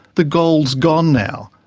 the gold's gone now,